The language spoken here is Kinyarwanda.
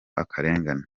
akarengane